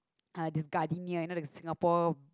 uh the Gardenia you know the Singapore